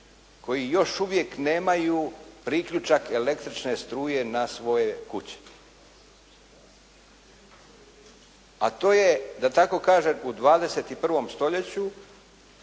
koji još uvijek nemaju priključak električne struje na svojoj kući. A to je da tako kažem u 21. stoljeću